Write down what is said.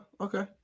Okay